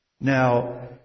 Now